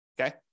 okay